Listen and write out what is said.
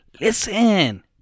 Listen